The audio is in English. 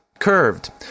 curved